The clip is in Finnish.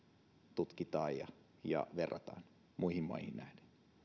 tutkitaan ja ja verrataan muihin maihin nähden